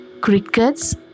Cricket's